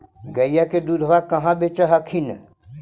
गईया के दूधबा कहा बेच हखिन?